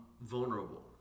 vulnerable